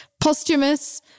posthumous